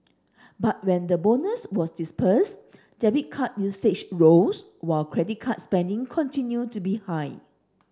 but when the bonus was disbursed debit card usage rose while credit card spending continued to be high